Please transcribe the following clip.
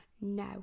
No